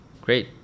Great